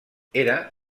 era